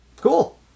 Cool